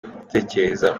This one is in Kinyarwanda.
gutekereza